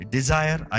Desire